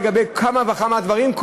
לגבי כמה וכמה דברים,